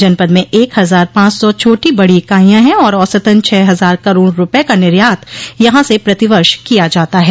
जनपद में एक हजार पांच सौ छोटी बड़ी इकाईया है और औसतन छह हजार करोड़ रूपये का निर्यात यहां से प्रति वर्ष किया जाता है